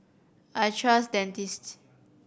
I trust Dentiste